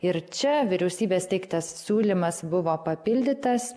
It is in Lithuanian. ir čia vyriausybės teiktas siūlymas buvo papildytas